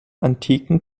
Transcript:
antiken